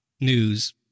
News